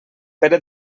pere